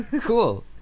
Cool